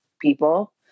people